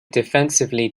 defensively